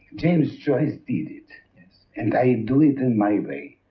james joyce did it and i do it in my way.